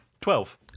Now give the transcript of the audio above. twelve